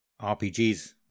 RPGs